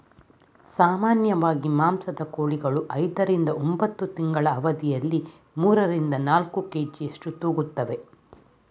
ಸಾಮಾನ್ಯವಾಗಿ ಮಾಂಸದ ಕೋಳಿಗಳು ಐದರಿಂದ ಒಂಬತ್ತು ತಿಂಗಳ ಅವಧಿಯಲ್ಲಿ ಮೂರರಿಂದ ನಾಲ್ಕು ಕೆ.ಜಿಯಷ್ಟು ತೂಗುತ್ತುವೆ